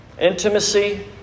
intimacy